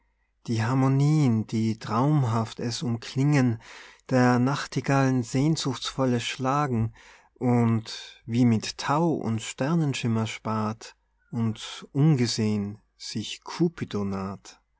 die harmonie'n die traumhaft es umklingen der nachtigallen sehnsuchtsvolles schlagen und wie mit thau und sternenschimmer spat und ungesehen sich